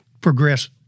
progress